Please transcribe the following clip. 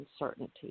uncertainty